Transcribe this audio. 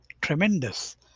tremendous